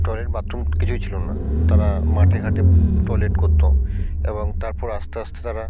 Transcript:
toilet bathroom কিছুই ছিলো না তারা মাঠে ঘাটে টয়লেট করতো এবং তারপর আস্তে আস্তে তারা